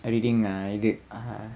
err reading uh